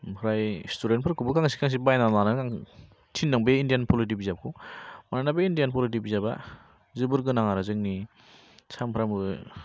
ओमफ्राय स्टुदेन्थ फोरखौबो गांसे गांसे बायनानै लानो थिनदों बे इण्डियान पलिटि बिजाबखौ मानोना बे इण्डियान पलिटि बिजाबआ जोबोर गोनां आरो जोंनि सामफ्रामबो